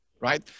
right